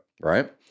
Right